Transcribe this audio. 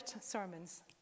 sermons